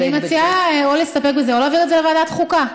אני מציעה או להסתפק בזה או להעביר את זה לוועדת חוקה.